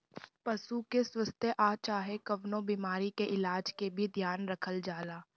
पशु के स्वास्थ आ चाहे कवनो बीमारी के इलाज के भी ध्यान रखल जाला